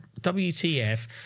WTF